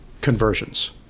conversions